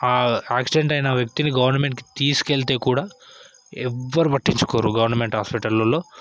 accident అయిన వ్యక్తిని గవర్నమెంట్కి తీసుకెళ్తే కూడా ఎవ్వరూ పట్టించుకోరు గవర్నమెంట్ హాస్పిటళ్ళల్లో